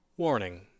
Warning